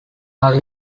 are